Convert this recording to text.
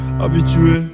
habitué